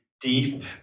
deep